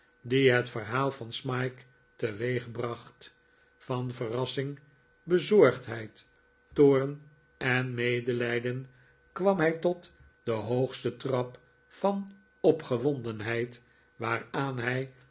die het verhaal van smike teweegbracht van verrassing bezorgdheid toorn en medelijden kwam hij tot den hoogsten trap van opgewondenheid waaraan hij